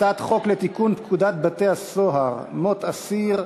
הצעת חוק לתיקון פקודת בתי-הסוהר (מות אסיר),